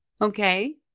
Okay